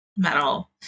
Metal